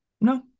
No